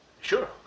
Sure